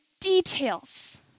details